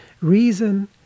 reason